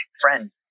friend